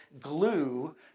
glue